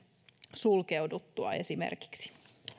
sulkeuduttua